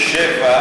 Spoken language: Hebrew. בשפע,